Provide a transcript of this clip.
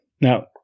Now